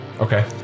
Okay